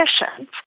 efficient